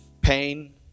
pain